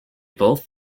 both